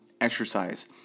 exercise